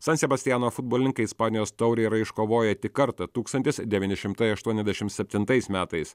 san sebastiano futbolininkai ispanijos taurę yra iškovoję tik kartą tūkstantis devyni šimtai aštuonisdešimt septintais metais